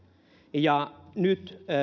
ja nyt